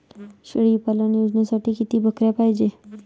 शेळी पालन योजनेसाठी किती बकऱ्या पायजे?